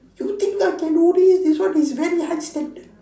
you think I can do this this one is very high standard